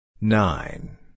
Nine